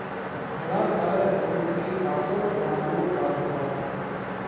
ভেড়ার গায়ের লম থেক্যে কাপড় বালাই আর কাম হ্যয়